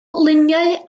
luniau